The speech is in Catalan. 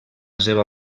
seva